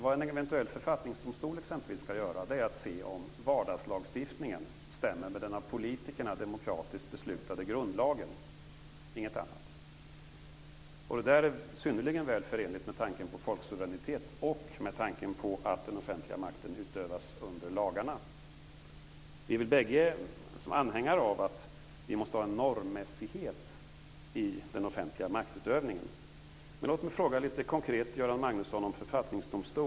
Vad en eventuell författningsdomstol exempelvis ska göra är att se om vardagslagstiftningen stämmer med den av politikerna demokratiskt beslutade grundlagen, inget annat. Det är synnerligen väl förenligt med folksuveräniteten och att den offentliga makten utövas under lagarna. Vi är bägge anhängare av att vi måste ha en normmässighet i den offentliga maktutövningen. Låt mig fråga Göran Magnusson lite konkret om författningsdomstol.